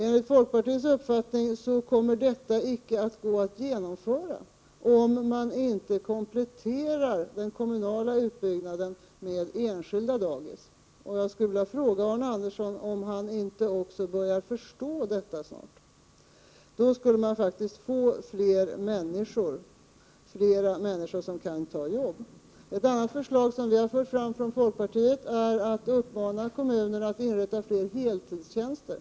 Enligt folkpartiets uppfattning kommer detta icke att gå att genomföra om man inte kompletterar den kommunala utbyggnaden med enskilda dagis. Jag skulle vilja fråga Arne Andersson om han inte också börjar förstå detta snart. Då skulle man faktiskt få fler människor som kan ta arbete. Ett annat förslag som vi i folkpartiet har framfört är att uppmana kommunerna att inrätta fler heltidstjänster.